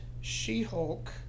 She-Hulk